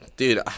Dude